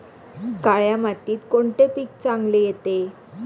काळ्या मातीत कोणते पीक चांगले येते?